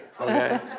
okay